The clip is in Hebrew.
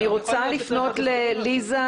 אני רוצה לפנות לליזי